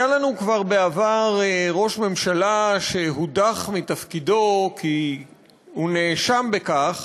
היה לנו כבר בעבר ראש ממשלה שהודח מתפקידו כי הוא נאשם בכך